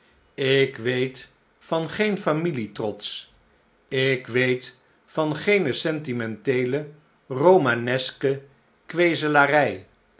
ik weet van geen familietrots ik weet van geene sentimenteele romaneske